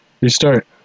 Restart